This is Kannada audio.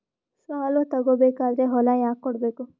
ಸಾಲ ತಗೋ ಬೇಕಾದ್ರೆ ಹೊಲ ಯಾಕ ಕೊಡಬೇಕು?